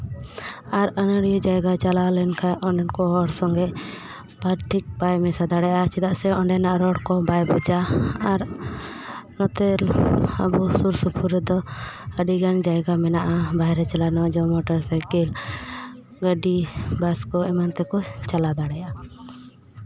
ᱟᱨ ᱟᱹᱱᱟᱹᱲᱤᱭᱟᱹ ᱡᱟᱭᱜᱟ ᱪᱟᱞᱟᱣ ᱞᱮᱱᱠᱷᱟᱱ ᱚᱸᱰᱮᱱ ᱠᱚ ᱦᱚᱲ ᱥᱚᱸᱜᱮ ᱵᱷᱟᱹᱜᱤ ᱴᱷᱤᱠ ᱵᱟᱭ ᱢᱮᱥᱟ ᱫᱟᱲᱮᱭᱟᱜᱼᱟ ᱪᱮᱫᱟᱜ ᱥᱮ ᱚᱸᱰᱮᱱᱟᱜ ᱨᱚᱲ ᱠᱚ ᱵᱟᱭ ᱵᱩᱡᱟ ᱟᱨ ᱱᱚᱛᱮ ᱟᱵᱚ ᱥᱩᱨ ᱥᱩᱯᱩᱨ ᱨᱮᱫᱚ ᱟᱹᱰᱤᱜᱟᱱ ᱡᱟᱭᱜᱟ ᱢᱮᱱᱟᱜᱼᱟ ᱵᱟᱦᱨᱮ ᱪᱟᱞᱟᱜ ᱨᱮᱱᱟᱜ ᱡᱮᱢᱚᱱ ᱢᱚᱴᱚᱨ ᱥᱟᱭᱠᱮᱞ ᱜᱟᱹᱰᱤ ᱵᱟᱥᱠᱚ ᱮᱢᱟᱱ ᱛᱮᱠᱚ ᱪᱟᱞᱟᱣ ᱫᱟᱲᱮᱭᱟᱜᱼᱟ